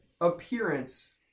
appearance